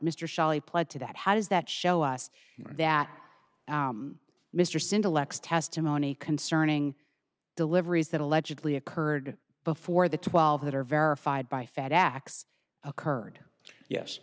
mr shelley pled to that how does that show us that mr cinta lexx testimony concerning deliveries that allegedly occurred before the twelve that are verified by fed x occurred yes